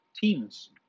teams